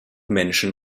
menschen